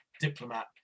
Diplomat